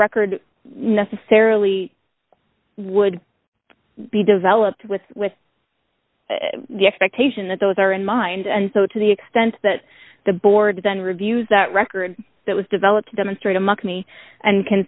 record necessarily would be developed with with the expectation that those are in mind and so to the extent that the board then reviews that record that was developed to demonstrate a mock me and can